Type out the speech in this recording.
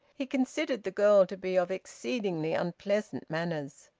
he considered the girl to be of exceedingly unpleasant manners.